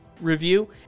review